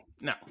No